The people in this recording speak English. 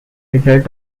result